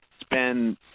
spend